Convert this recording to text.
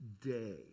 day